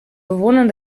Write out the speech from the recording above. bewohnern